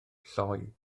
lloi